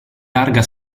larga